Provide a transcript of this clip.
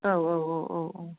औ औ औ औ औ